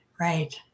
right